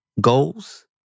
goals